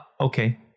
okay